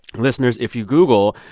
listeners, if you google,